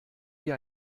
dir